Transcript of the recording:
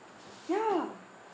ya